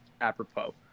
apropos